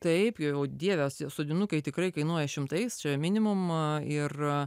taip jau dievas ir sodinukai tikrai kainuoja šimtais čia minimum ir